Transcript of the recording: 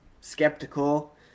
skeptical